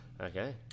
okay